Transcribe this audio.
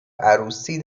عروسی